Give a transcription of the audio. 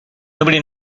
nobody